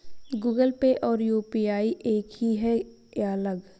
Google Pay और UPI एक ही है या अलग?